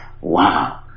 Wow